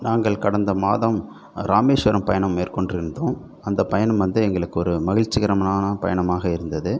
நாங்கள் கடந்த மாதம் ராமேஷ்வரம் பயணம் மேற்கொண்டிருந்தோம் அந்த பயணம் வந்து எங்களுக்கு ஒரு மகிழ்ச்சிகரமான பயணமாக இருந்தது